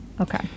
Okay